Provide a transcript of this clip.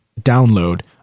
download